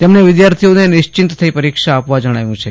તેમણે વિદ્યાર્થીને નિશ્ચિત થઇ પરીક્ષા આપવા જણાવ્યું છે